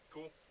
Cool